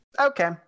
Okay